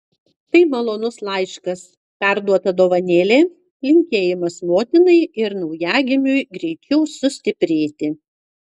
tai malonus laiškas perduota dovanėlė linkėjimas motinai ir naujagimiui greičiau sustiprėti